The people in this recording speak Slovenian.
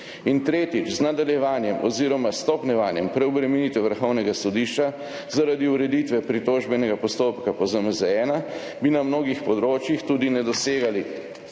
In tretjič, z nadaljevanjem oziroma stopnjevanjem preobremenitve Vrhovnega sodišča zaradi ureditve pritožbenega postopka po ZMZ-1 bi na mnogih področjih tudi ne dosegali